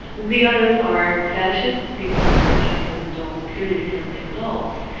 the others are fetishists, people who are interested in the dolls purely because they are dolls.